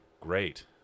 great